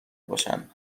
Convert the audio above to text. باشن